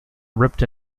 ripped